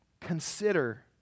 consider